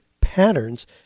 patterns